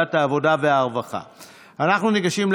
לוועדת העבודה והרווחה נתקבלה.